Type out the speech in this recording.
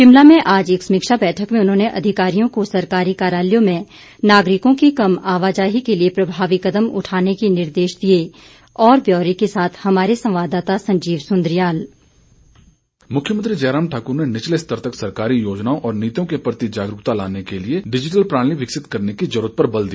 शिमला में आज एक समीक्षा बैठक में उन्होंने अधिकारियों को सरकारी कार्यालयों में नागरिकों की कम आवाजाही के लिए प्रभावी कदम उठाने के निर्देश दिए और ब्यौरे के साथ हमारे संवाद्दाता संजीव सुंद्रियाल मुख्यमंत्री जयराम ठाकुर ने निचले स्तर तक सरकारी योजनाओं और नीतियों के प्रति जागरूकता लाने के लिए डिजिटल प्रणाली विकसित करने की जरूरत पर बल दिया